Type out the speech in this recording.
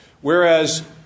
whereas